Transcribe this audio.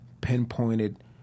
pinpointed